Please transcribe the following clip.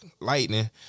Lightning